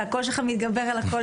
הקול שלך מתגבר על הקול